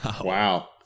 Wow